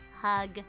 hug